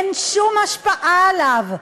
אין שום השפעה עליו,